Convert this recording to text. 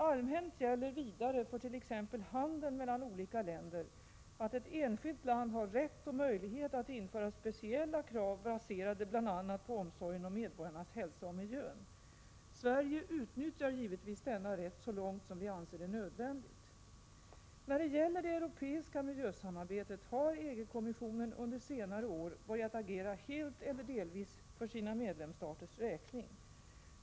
Allmänt gäller vidare för t.ex. handeln mellan olika länder att ett enskilt land har rätt och möjlighet att införa speciella krav baserade bl.a. på omsorgen om medborgarnas hälsa och miljön. Sverige utnyttjar givetvis denna rätt så långt som vi anser det nödvändigt. När det gäller det europeiska miljösamarbetet har EG-kommissionen under senare år börjat agera helt eller delvis för sina medlemsstaters räkning.